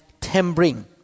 tempering